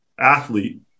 athlete